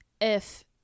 If-